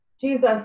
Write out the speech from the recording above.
Jesus